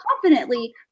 confidently